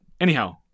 anyhow